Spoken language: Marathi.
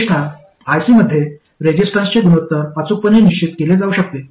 विशेषत आयसीमध्ये रेसिस्टन्सचे गुणोत्तर अचूकपणे निश्चित केले जाऊ शकते